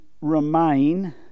remain